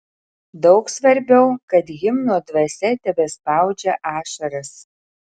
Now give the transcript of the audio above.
daug svarbiau kad himno dvasia tebespaudžia ašaras